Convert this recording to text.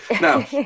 now